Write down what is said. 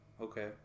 Okay